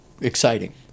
exciting